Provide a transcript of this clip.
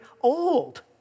old